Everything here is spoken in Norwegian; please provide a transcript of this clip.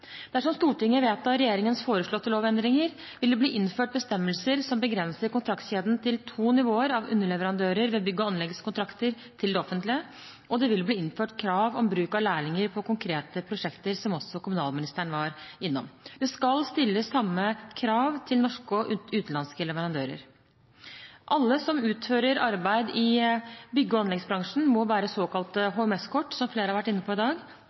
Dersom Stortinget vedtar regjeringens foreslåtte lovendringer, vil det bli innført bestemmelser som begrenser kontraktskjeden til to nivåer av underleverandører ved bygg- og anleggskontrakter til det offentlige. Det vil også bli innført krav om bruk av lærlinger på konkrete prosjekter, som også kommunalministeren var innom. Det skal stilles samme krav til norske og utenlandske leverandører. Alle som utfører arbeid i bygge- og anleggsbransjen, må bære såkalt HMS-kort, som flere har vært inne på i dag.